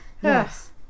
yes